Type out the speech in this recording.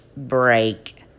Break